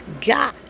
God